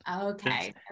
Okay